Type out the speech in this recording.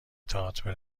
تئاتر